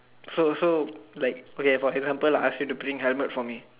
so so like okay for example I ask you to bring helmet for me